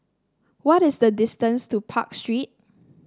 what is the distance to Park Street